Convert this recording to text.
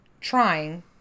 trying